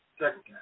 second